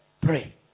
pray